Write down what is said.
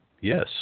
Yes